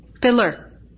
Pillar